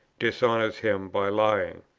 dishonours him by lying.